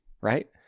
right